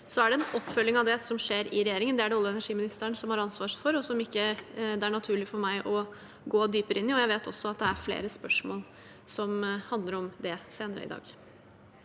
Så skjer det en oppfølging av det i regjeringen. Det er det olje- og energiministeren som har ansvaret for, og det er det ikke naturlig for meg å gå dypere inn i. Jeg vet også at det er flere spørsmål som handler om det senere i dag.